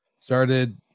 started